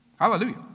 Hallelujah